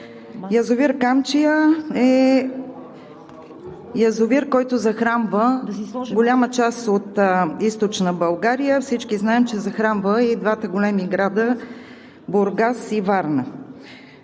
язовир „Камчия“. Язовир „Камчия“ захранва голяма част от Източна България. Всички знаем, че захранва и двата големи града Бургас и Варна.